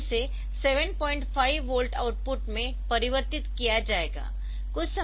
तो इसे 75 volt output में परिवर्तित किया जाएगा